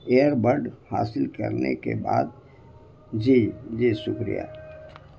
year بڈ حاصل کرنے کے بعد جی جی شکریہ